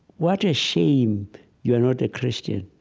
what a shame you're not a christian?